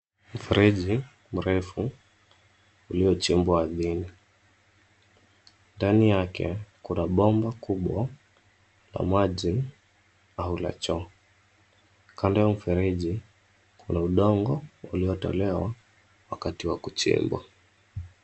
Mfreji mrefu uliochimbwa ardhini. Ndani yake kuna bomba kubwa la maji au la choo. Kando ya mfereji, kuna udongo uliyotolewa wakati wa kuchimbwa.